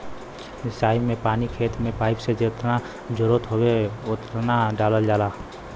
सिंचाई में पानी खेत में पाइप से जेतना जरुरत होत हउवे ओतना डालल जाला